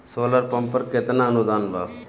Solar pump पर केतना अनुदान बा?